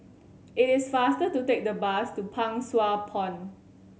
it is faster to take the bus to Pang Sua Pond